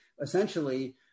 essentially